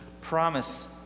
promise